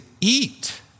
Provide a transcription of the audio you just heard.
eat